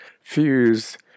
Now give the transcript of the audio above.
fuse